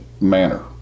manner